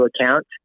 account